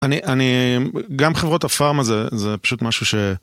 אני, אני, גם חברות הפארמה זה פשוט משהו ש...